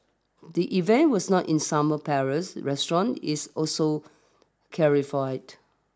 the event was not in Summer Palace restaurant it's also clarified